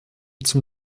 zum